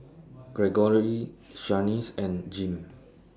Gregory Shaniece and Jim